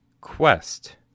Quest